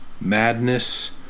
Madness